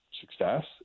success